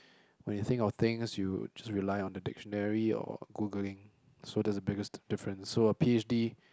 when you think of things you will just rely on the dictionary or Googling so that's the biggest different so a P_H_D